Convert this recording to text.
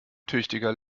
tüchtiger